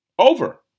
over